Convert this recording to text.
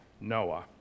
Noah